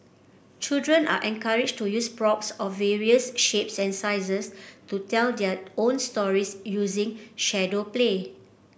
children are encouraged to use props of various shapes and sizes to tell their own stories using shadow play